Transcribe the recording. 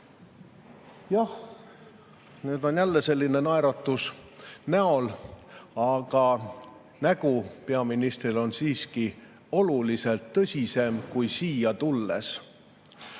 Nüüd on tal jälle selline naeratus näol, aga peaministri nägu on siiski oluliselt tõsisem kui siia tulles